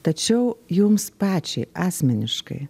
tačiau jums pačiai asmeniškai